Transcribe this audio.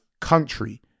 country